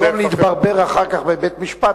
במקום להתברבר אחר כך בבית-משפט,